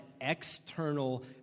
external